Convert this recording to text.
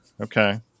Okay